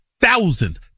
Thousands